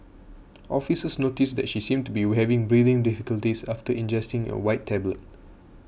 officers noticed that she seemed to be having breathing difficulties after ingesting a white tablet